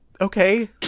okay